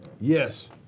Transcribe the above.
Yes